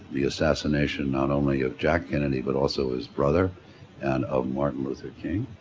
the assassination not only of jack kennedy, but also his brother and of martin luther king.